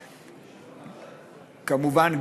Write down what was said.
כמובן,